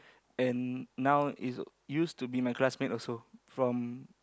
and now is used to be my classmate also from